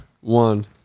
one